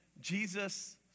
Jesus